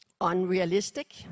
unrealistic